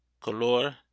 Color